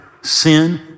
sin